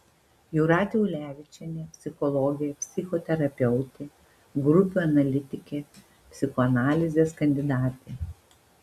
jūratė ulevičienė psichologė psichoterapeutė grupių analitikė psichoanalizės kandidatė